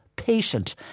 patient